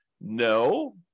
No